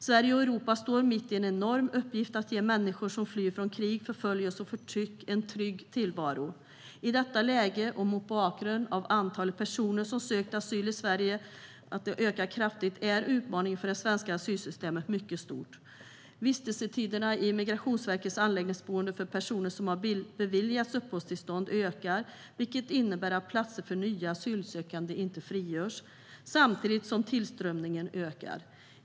Sverige och Europa står mitt i en enorm uppgift att ge människor som flyr från krig, förföljelse och förtryck en trygg tillvaro. I detta läge, och mot bakgrund av att antalet personer som sökt asyl i Sverige ökat kraftigt, är utmaningen för det svenska asylsystemet mycket stor. Vistelsetiderna i Migrationsverkets anläggningsboende för personer som har beviljats uppehållstillstånd ökar. Det innebär att platser för nya asylsökande inte frigörs, samtidigt som tillströmningen ökar.